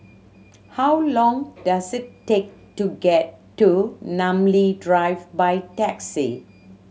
how long does it take to get to Namly Drive by taxi